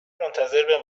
منتظر